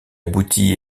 abouti